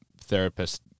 Therapist